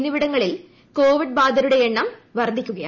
എന്നിവിടങ്ങളിൽ കോവിഡ് ബാധിതരുടെ എണ്ണം വർദ്ധിക്കുകയാണ്